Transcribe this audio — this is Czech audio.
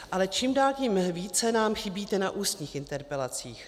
Ale čím dál tím více nám chybíte na ústních interpelacích.